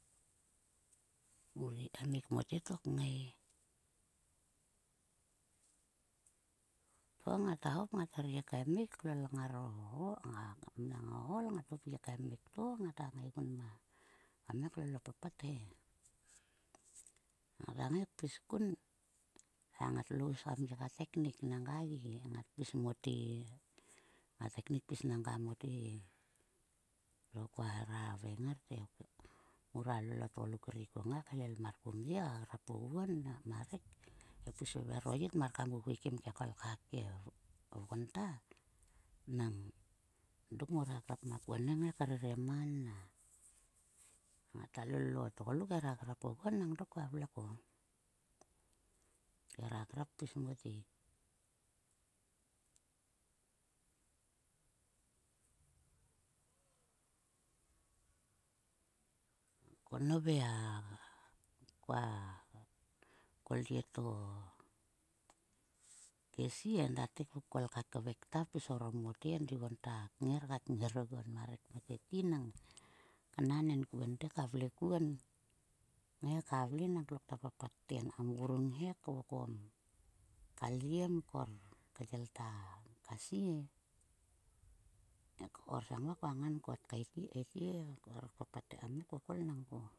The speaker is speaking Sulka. Mur gi kaemik mote to kngai. To ngata hop hergi kaemik mnang o ool. Ngat hop gi kaemik to ngata ngai gun ma kam ngai klol o papat he. Ngata ngai kpis kunn, hai ngatlo hus kam kat kaiknik nanga ge ngat pis mote. Ngat eknik pis nanga mote he. To ku hera havaing ngar te mura lol o tgoluk ri ko ngai kaelel mar kum ye kam grap oguon ma rek he pis vevher o yit mar kam vuvui kim ke kolkha ke vgon ta. Nang dok ngora grap makuon he krere man na. Ngat lol o tgduk hera grop oguon nang dok koa vle ko. Khera grap pis mote. Nangko nove a koa, kol yie to kesie enda te kokol ka kvek ta pis orom mote endiguon ta knger ka knger oguon ma rek kmeteti nang knan enkuon te ka vle kuon. Tngai ka vle nang hokta papt te kam grung he kvokong ka lie tkaeti, tkaeti he ko hera papt te kam ngai kokol nangko.